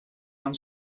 han